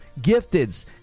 gifteds